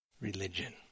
religion